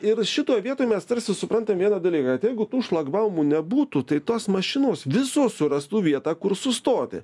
ir šitoj vietoj mes tarsi suprantam vieną dalyką kad jeigu tų šlagbaumų nebūtų tai tos mašinos visų surastų vietą kur sustoti